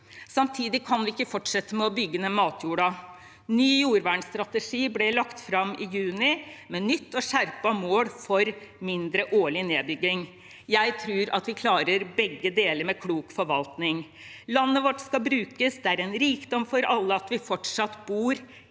Samtidig kan vi ikke fortsette å bygge ned matjorda. Ny jordvernstrategi ble lagt fram i juni, med nytt og skjerpet mål for mindre årlig nedbygging. Jeg tror at vi klarer begge deler med klok forvaltning. Landet vårt skal brukes, det er en rikdom for alle at vi fortsatt bor